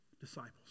Disciples